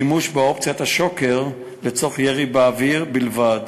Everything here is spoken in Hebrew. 2. שימוש באופציית השוקר לצורך ירי באוויר בלבד,